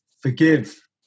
forgive